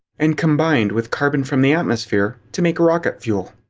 and combined with carbon from the atmosphere, to make rocket fuel.